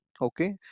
okay